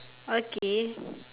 okay